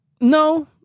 No